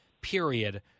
period